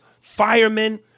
firemen